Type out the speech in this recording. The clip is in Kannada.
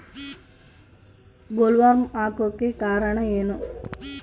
ಬೊಲ್ವರ್ಮ್ ಆಗೋಕೆ ಕಾರಣ ಏನು?